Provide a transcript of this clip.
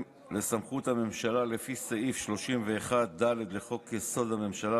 לסמכות הממשלה לפי סעיף 31(ד) לחוק-יסוד: הממשלה,